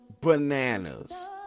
bananas